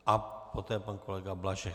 A poté pan kolega Blažek.